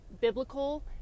biblical